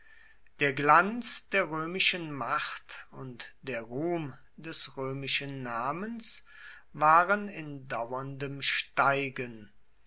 der glanz der römischen macht und der ruhm des römischen namens waren in dauerndem steigen